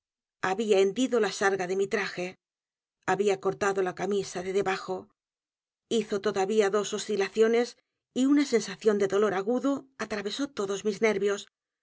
había hendido la s a r g a de mi traje había cortado la camisa de debajo hizo todavía dos oscilaciones y una sensación de dolor agudo atravesó todos mis nervios